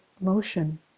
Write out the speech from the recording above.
motion